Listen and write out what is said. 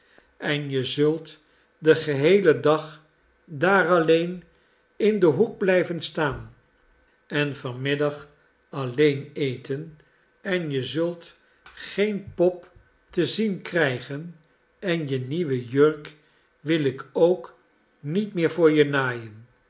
en je zult den geheelen dag daar alleen in den hoek blijven staan en van middag alleen eten en je zult geen pop te zien krijgen en je nieuwe jurk wil ik ook niet meer voor je naaien